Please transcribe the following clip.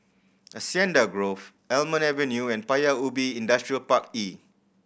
Hacienda Grove Almond Avenue and Paya Ubi Industrial Park E